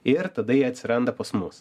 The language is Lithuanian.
ir tada jie atsiranda pas mus